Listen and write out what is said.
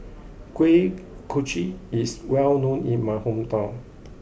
Kuih Kochi is well known in my hometown